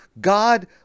God